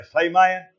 Amen